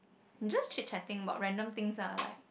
just chit chatting about random things lah like